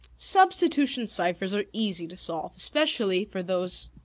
substitution ciphers are easy to solve, especially for those